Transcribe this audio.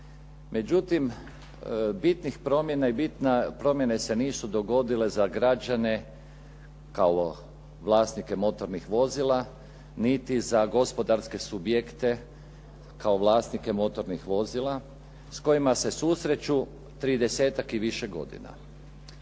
međutim bitnih promjena i bitne promjene se nisu dogodile za građane kao vlasnike motornih vozila niti za gospodarske subjekte kao vlasnike motornih vozila s kojima se susreću tridesetak i više godina.